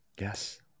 Yes